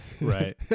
Right